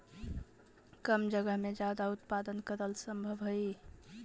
कम जगह में ज्यादा उत्पादन करल सम्भव हई